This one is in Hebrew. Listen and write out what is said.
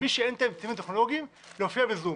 למי שאין את האמצעים הטכנולוגיים, להופיע ב"זום".